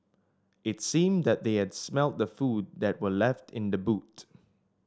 it seemed that they had smelt the food that were left in the boot